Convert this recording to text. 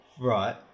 Right